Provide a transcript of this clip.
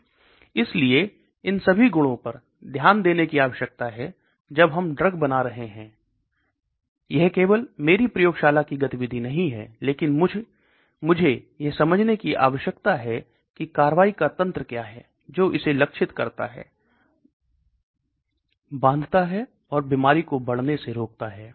इसलिए इन सभी गुणों पर ध्यान देने की आवश्यकता है जब हम ड्रग बना रहे हो यह केवल मेरी प्रयोगशाला की गतिविधि नहीं है लेकिन मुझे यह समझने की ज़रूरत है कि कार्रवाई का तंत्र क्या है जो इसे लक्षित करता है बंधता है और बीमारी को बढ़ने से रोकता है